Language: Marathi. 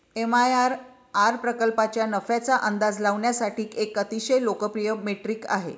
एम.आय.आर.आर प्रकल्पाच्या नफ्याचा अंदाज लावण्यासाठी एक अतिशय लोकप्रिय मेट्रिक आहे